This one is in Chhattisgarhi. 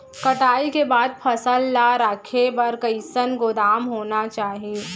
कटाई के बाद फसल ला रखे बर कईसन गोदाम होना चाही?